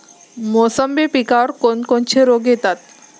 मोसंबी पिकावर कोन कोनचे रोग येतात?